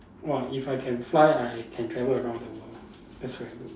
!wah! if I can fly I can travel around the world that's very good